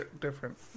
different